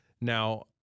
Now